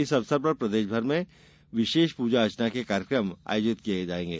इस अवसर पर पूरे प्रदेश में विशेष पूजा अर्चना के कार्यक्रम आयोजित किये जायेंगे